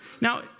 Now